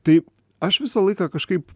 tai aš visą laiką kažkaip